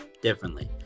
differently